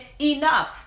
enough